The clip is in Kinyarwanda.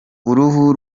uruhu